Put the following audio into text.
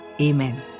amen